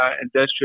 industrial